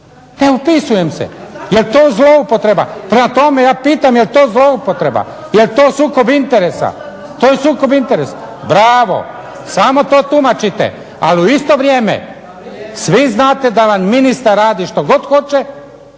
Ne upisujem se. Jel' to zloupotreba? Prema tome ja pitam jel' to zloupotreba? Jel' to sukob interesa? To je sukob interesa. Bravo! Samo to tumačite, ali u isto vrijeme svi znate da vam ministar radi što god hoće,